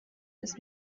ist